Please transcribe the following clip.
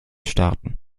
staaten